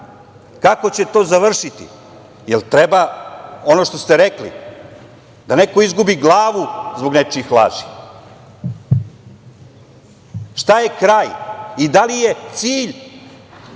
kako će to završiti i jel treba, ono što ste rekli, da neko izgubi glavu zbog nečijih laži? Šta je kraj i da li je cilj,